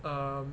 um